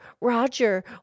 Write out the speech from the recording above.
Roger